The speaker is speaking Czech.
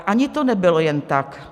Ani to nebylo jen tak.